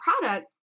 product